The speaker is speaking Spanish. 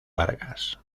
vargas